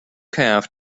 calf